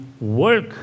work